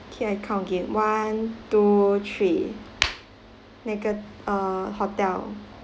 okay I count again one two three nega~ uh hotel